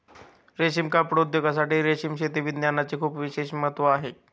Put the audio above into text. रेशीम कापड उद्योगासाठी रेशीम शेती विज्ञानाचे खूप विशेष महत्त्व आहे